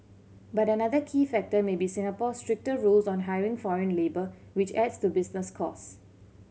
but another key factor may be Singapore's stricter rules on hiring foreign labour which adds to business costs